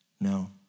No